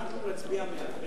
נהגנו להצביע מייד,